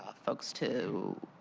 ah folks to